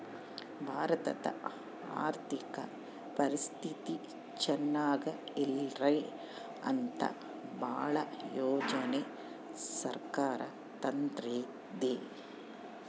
ಭಾರತದ ಆರ್ಥಿಕ ಪರಿಸ್ಥಿತಿ ಚನಾಗ ಇರ್ಲಿ ಅಂತ ಭಾಳ ಯೋಜನೆ ಸರ್ಕಾರ ತರ್ತಿದೆ